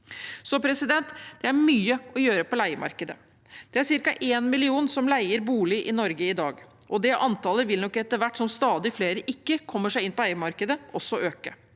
Det er altså mye å gjøre på leiemarkedet. Det er ca. én million som leier bolig i Norge i dag, og det antallet vil nok også øke etter hvert som stadig flere ikke kommer seg inn på eiemarkedet. SV er